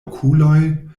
okuloj